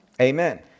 amen